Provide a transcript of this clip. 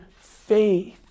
faith